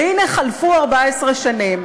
והנה חלפו 14 שנים,